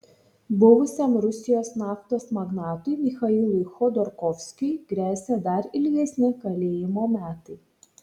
buvusiam rusijos naftos magnatui michailui chodorkovskiui gresia dar ilgesni kalėjimo metai